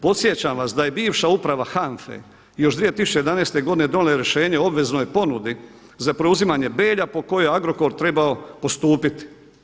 Podsjećam vas da je bivša Uprava HANFA-e još 2011. godine donijela rješenje o obveznoj ponudi za preuzimanje Belja po kojoj Agrokor trebao postupiti.